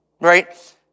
right